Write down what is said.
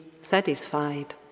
satisfied